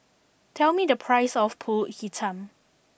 tell me the price of Pulut Hitam